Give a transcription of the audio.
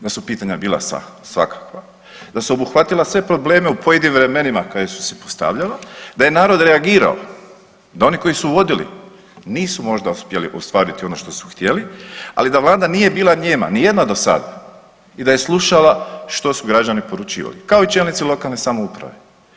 Da su pitanja bila svakakva, da su obuhvatila sve probleme u pojedinim vremenima kada su se postavljala, da je narod reagirao, da oni koji su vodili nisu možda uspjeli ostvariti ono što su htjeli, ali da Vlada nije bila nijema ni jedna do sada i da je slušala što su građani poručivali kao i čelnici lokalne samouprave.